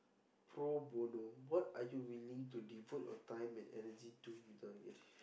pro bono what are you willing to devote your time and energy to without getting anything